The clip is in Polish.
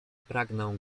pragnę